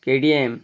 কে TM